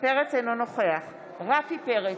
אינו נוכח רפי פרץ,